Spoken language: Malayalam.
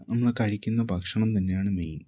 നമ്മള് കഴിക്കുന്ന ഭക്ഷണം തന്നെയാണ് മെയിൻ